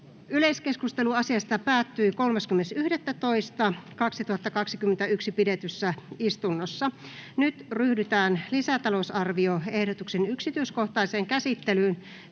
Yleiskeskustelu asiasta päättyi 30.11.2021 pidetyssä istunnossa. Nyt ryhdytään lisätalousarvioehdotuksen yksityiskohtaiseen käsittelyyn.